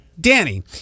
Danny